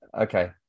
Okay